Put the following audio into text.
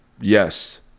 yes